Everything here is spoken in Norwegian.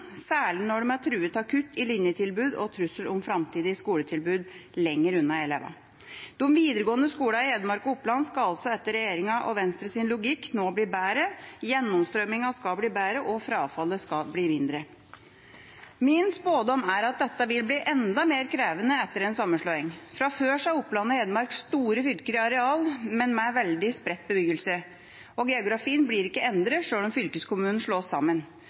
særlig når de er truet av kutt i linjetilbud og trussel om framtidig skoletilbud lenger unna elevene. De videregående skolene i Hedmark og Oppland skal altså etter regjeringa og Venstres logikk nå bli bedre, gjennomstrømmingen skal bli bedre, og frafallet skal bli mindre. Min spådom er at dette vil bli enda mer krevende etter en sammenslåing. Fra før er Oppland og Hedmark store fylker i areal, men med veldig spredt bebyggelse. Geografien blir ikke endret selv om fylkeskommunene slås sammen.